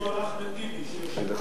בזכות אחמד טיבי, שהוא יושב-ראש,